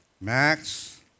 Max